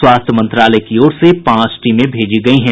स्वास्थ्य मंत्रालय की ओर से पांच टीमें भेजी गयी हैं